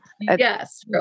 Yes